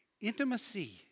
Intimacy